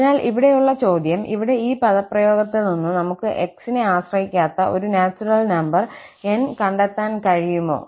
അതിനാൽ ഇവിടെയുള്ള ചോദ്യം ഇവിടെ ഈ പദപ്രയോഗത്തിൽ നിന്ന് നമുക്ക് 𝑥 നെ ആശ്രയിക്കാത്ത ഒരു നാച്ചുറൽ നമ്പർ 𝑁 കണ്ടെത്താൻ കഴിയുമോ